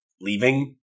leaving